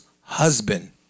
husband